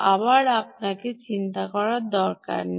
আবার আপনার চিন্তার দরকার নেই